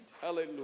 Hallelujah